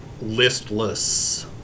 listless